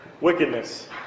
wickedness